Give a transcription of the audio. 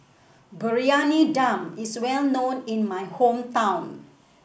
Briyani Dum is well known in my hometown